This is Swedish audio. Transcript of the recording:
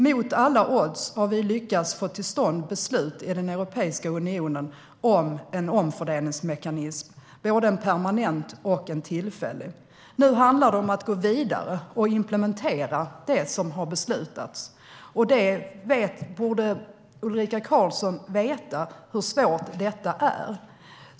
Mot alla odds har vi lyckats få till stånd beslut i Europeiska unionen om en omfördelningsmekanism, både en permanent och en tillfällig. Nu handlar det om att gå vidare och implementera det som har beslutats. Ulrika Karlsson borde veta hur svårt det är.